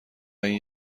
این